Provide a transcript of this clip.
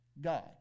God